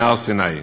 מהר-סיני.